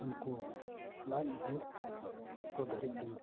ᱩᱱᱠᱩ ᱞᱟᱡ ᱵᱤᱭᱳᱜ ᱚᱠᱛᱚ ᱫᱷᱟᱹᱨᱤᱡ ᱞᱤᱧ